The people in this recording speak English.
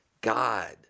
God